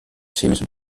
chemischen